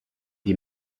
die